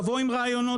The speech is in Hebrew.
תבואו עם רעיונות,